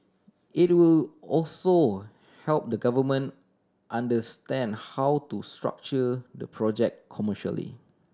it will also help the government understand how to structure the project commercially